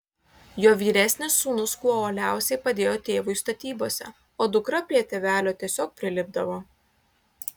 jo vyresnis sūnus kuo uoliausiai padėjo tėvui statybose o dukra prie tėvelio tiesiog prilipdavo